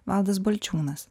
valdas balčiūnas